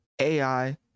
AI